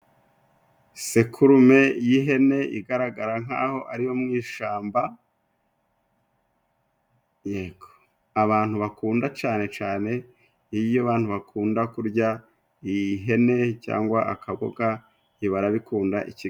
Isekurume y'ihene igaragara nk'aho ari iyo mu ishamba , yego abantu bakunda cane cane iyo abantu bakunda kurya ihene cyangwa akaboga ibi barabikunda ikiga....